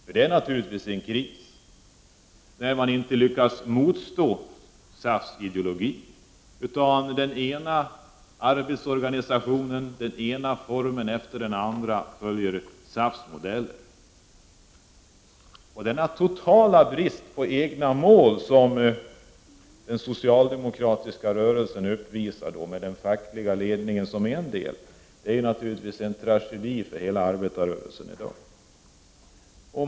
För det är naturligtvis en kris, när man inte lyckas motstå SAF:s ideologi utan den ena arbetsorganisationen efter den andra följer SAF:s modeller. Denna totala brist på egna mål som den socialdemokratiska rörelsen uppvisar — med den fackliga ledningen som en av delarna — är naturligtvis en tragedi för hela arbetarrörelsen i dag.